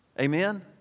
Amen